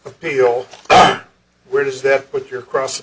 appeal where does that put your cross